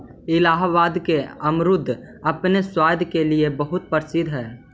इलाहाबाद का अमरुद अपने स्वाद के लिए बहुत प्रसिद्ध हई